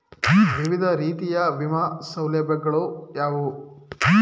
ವಿವಿಧ ರೀತಿಯ ವಿಮಾ ಸೌಲಭ್ಯಗಳು ಯಾವುವು?